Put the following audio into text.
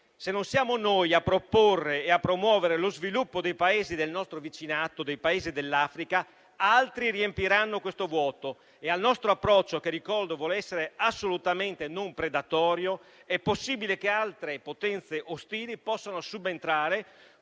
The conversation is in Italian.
se non siamo noi a proporre e a promuovere lo sviluppo dei Paesi del nostro vicinato (dei Paesi dell'Africa), altri riempiranno questo vuoto e al nostro approccio, che ricordo vuole essere assolutamente non predatorio, è possibile che altre potenze ostili possano subentrare